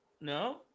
No